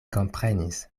komprenis